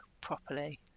properly